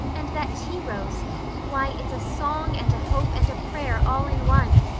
and that tea rose why, it's a song and a hope and a prayer all in one.